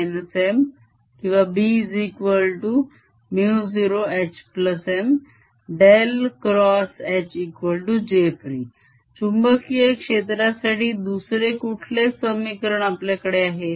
HB0 M or B0HM Hjfree चुंबकीय क्षेत्रासाठी दुसरे कुठले समीकरण आपल्याकडे आहे